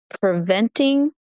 preventing